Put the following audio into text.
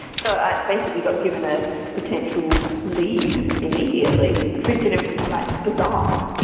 so i basically got given a potential lead immediately. freaking ah but bizarre!